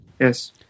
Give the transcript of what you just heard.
Yes